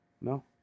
No